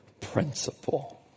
principle